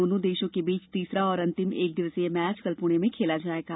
दोनों देशों के बीच तीसरा और अंतिम एक दिवसीय मैच कल पुणे में खेला जाएगा